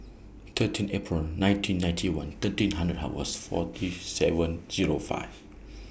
thirteen April nineteen ninety one thirteen hundred hours forty seven Zero five